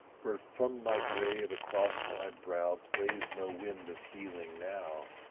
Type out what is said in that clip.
but from my grave across my brow plays no wind of healing now,